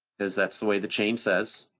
cause that's the way the chain says.